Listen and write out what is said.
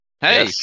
Hey